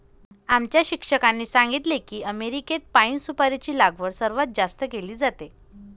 आमच्या शिक्षकांनी सांगितले की अमेरिकेत पाइन सुपारीची लागवड सर्वात जास्त केली जाते